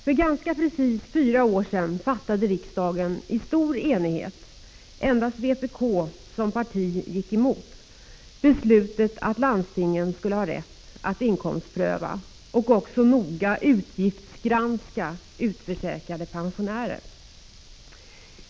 För ganska precis fyra år sedan fattade riksdagen i stor enighet — endast vpk gick emot — beslutet att landstingen skulle ha rätt att inkomstpröva och också noga utgiftsgranska utförsäkrade pensionärer.